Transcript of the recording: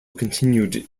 continued